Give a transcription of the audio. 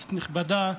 כנסת נכבדה,